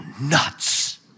nuts